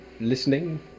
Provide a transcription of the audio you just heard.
listening